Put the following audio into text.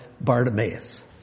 Bartimaeus